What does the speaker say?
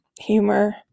Humor